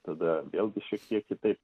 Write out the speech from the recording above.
tada vėlgi šiek tiek kitaip